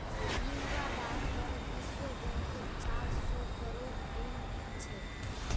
युगांडार पर विश्व बैंकेर चार सौ करोड़ ऋण छेक